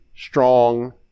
strong